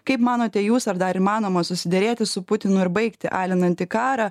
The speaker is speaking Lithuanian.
kaip manote jūs ar dar įmanoma susiderėti su putinu ir baigti alinantį karą